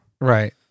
Right